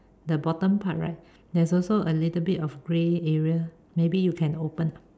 the bottom part right there's also a little bit of grey area maybe you can open ah